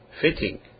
fitting